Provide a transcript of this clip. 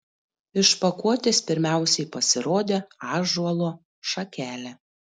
iš pakuotės pirmiausiai pasirodė ąžuolo šakelė